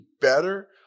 better